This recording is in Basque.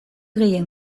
gehien